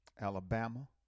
Alabama